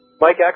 Mike